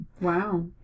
Wow